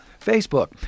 Facebook